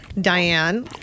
Diane